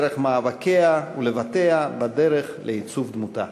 דרך מאבקיה ולבטיה בדרך לעיצוב דמותה.